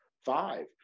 Five